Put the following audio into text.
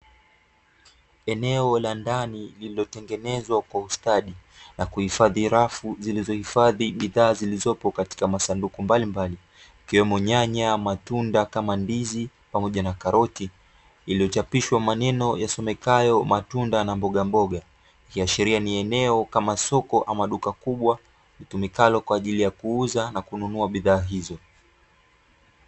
Eneo la ndani lilotengenezwa kwa ustadi na kuhifadhi rafu zilizohifadhi bidhaa zilizopo katika masanduku mbalimbali, ikiwemo nyanya matunda kama ndizi pamoja na karoti iliyochapishwa maneno yasomekayo; matunda na mbogamboga, ikiashiria ni eneo kama soko ama duka kubwa litumikalo kwa ajili ya kuuza na kununua bidhaa hizo.